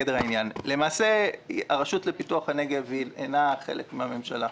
למעשה הרשות לפיתוח הנגב אינה חלק מן הממשלה.